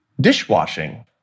dishwashing